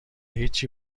هیچی